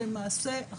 למעשה,